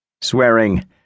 Swearing